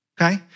okay